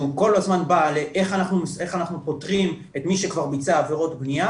שהוא כל הזמן בא לאיך אנחנו פותרים את מי שכבר ביצע עבירות בנייה